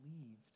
believed